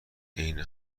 عین